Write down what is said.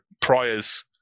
priors